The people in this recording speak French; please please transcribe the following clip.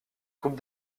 coupe